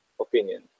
opinion